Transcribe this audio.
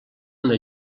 una